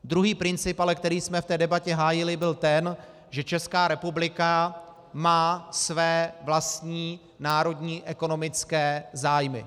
Druhý princip, který jsme ale v té debatě hájili, byl ten, že Česká republika má své vlastní národní ekonomické zájmy.